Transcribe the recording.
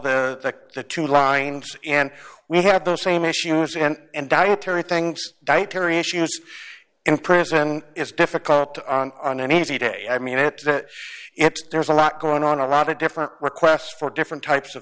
the the two lines and we have those same issues and dietary things dietary issues in prison it's difficult on an energy day i mean it it there's a lot going on a lot of different requests for different types of